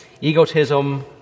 egotism